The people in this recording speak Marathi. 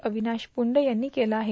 अविनाश्रा पुंड यांनी केलं आहे